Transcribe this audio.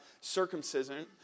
circumcision